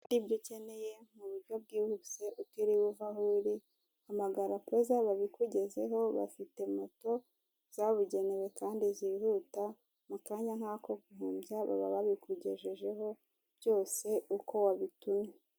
Ibyo ukeneye muburyo bwihuse utiriwe uva aho uri, hamagara poza babikugezeho bafite moto zabugenewe kandi zihuta mukanya nk'ako guhumbya, baba babikugejejeho byose uko wabitumye.